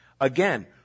again